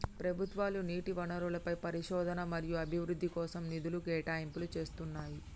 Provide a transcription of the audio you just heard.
ప్రభుత్వాలు నీటి వనరులపై పరిశోధన మరియు అభివృద్ధి కోసం నిధుల కేటాయింపులు చేస్తున్నయ్యి